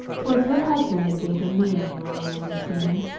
twas her husband that gave him the annual, you understand,